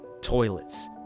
toilets